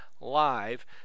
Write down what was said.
live